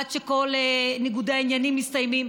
עד שכל ניגודי העניינים מסתיימים.